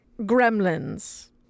Gremlins